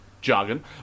jargon